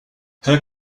her